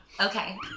Okay